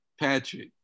Patrick